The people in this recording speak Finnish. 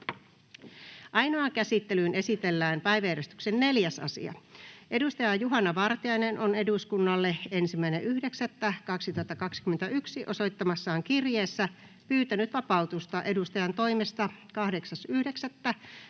Ainoaan käsittelyyn esitellään päiväjärjestyksen 5. asia. Paavo Arhinmäki on eduskunnalle 2.9.2021 osoittamassaan kirjeessä pyytänyt vapautusta edustajantoimesta 9.9.2021